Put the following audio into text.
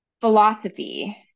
philosophy